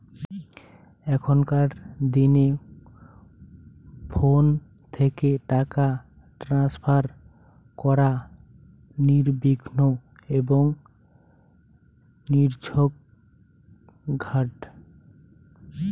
এখনকার দিনে ফোন থেকে টাকা ট্রান্সফার করা নির্বিঘ্ন এবং নির্ঝঞ্ঝাট